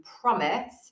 promise